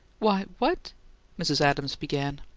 why, what mrs. adams began.